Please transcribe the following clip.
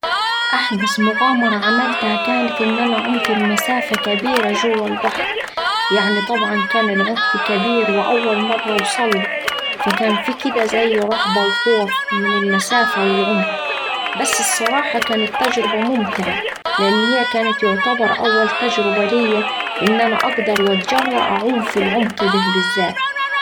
أحدث مغامرة عملتها كانت إن أنا عومت لمسافة كبيرة جوا البحر، يعني طبعا كان العمق كبير وأول مرة أوصله فكان فيه كدا زي رهبة وخوف من المسافة والعمق بس الصراحة كانت تجربة ممتعة لأن هيه كانت يعتبر أول تجربة ليا إن أنا أقدر واتجرأ أعوم في العمق ده بالذات.